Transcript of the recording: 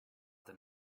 than